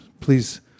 Please